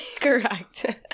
Correct